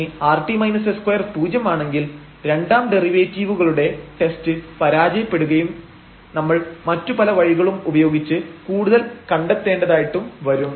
ഇനി rt s2 പൂജ്യമാണെങ്കിൽ രണ്ടാം ഡെറിവേറ്റീവുകളുടെ ടെസ്റ്റ് പരാജയപ്പെടുകയും നമ്മൾ മറ്റു പല വഴികളും ഉപയോഗിച്ച് കൂടുതൽ കണ്ടെത്തേണ്ടതായിട്ട് വരും